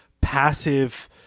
passive